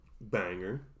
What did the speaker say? banger